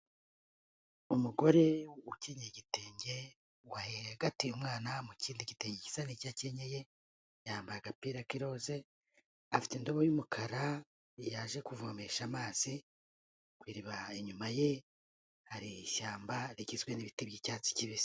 Umugore ukenyeye igitenge wahagatiye umwana mu kindi gitenge gisa n'icyo akenyeye, yambaye agapira k'iroze afite indobo y'umukara yaje kuvomesha amazi, ku iriba inyuma ye hari ishyamba rigizwe n'ibiti by'icyatsi kibisi.